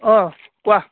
অঁ কোৱা